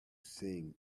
sing